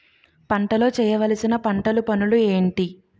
పంటలో చేయవలసిన పంటలు పనులు ఏంటి?